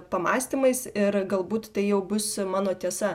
pamąstymais ir galbūt tai jau bus mano tiesa